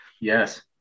yes